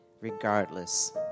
regardless